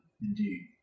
indeed